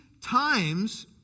times